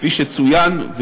כפי שצוין,